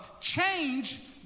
change